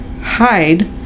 hide